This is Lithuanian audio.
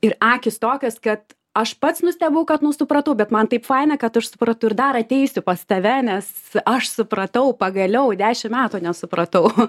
ir akys tokios kad aš pats nustebau kad nu supratau bet man taip faina kad aš supratau ir dar ateisiu pas tave nes aš supratau pagaliau dešim metų nesupratau